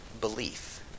belief